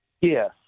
Yes